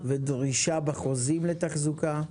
ודרישה בחוזים לתחזוקה,